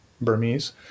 Burmese